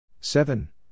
seven